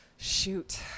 shoot